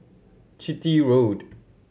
Chitty Road